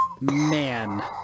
man